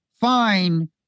fine